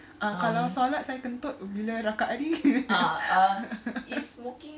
uh kalau solat saya kentut bila rakaat ni